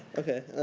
okay,